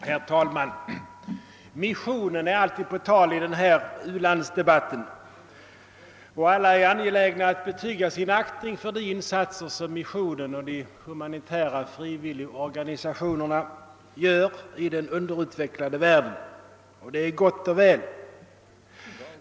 Herr talman! Missionen är alltid på tal i u-landsdebatten, och alla är angelägna att betyga sin aktning för de insatser som missionen och de humanitära frivilligorganisationerna gör i den underutvecklade världen. Det är gott och väl.